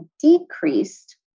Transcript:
decreased